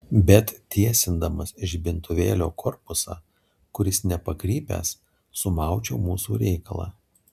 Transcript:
bet tiesindamas žibintuvėlio korpusą kuris nepakrypęs sumaučiau mūsų reikalą